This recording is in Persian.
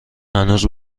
هنوز